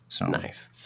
Nice